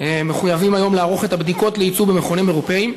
מחויבים היום לערוך את הבדיקות ליצוא במכונים אירופיים,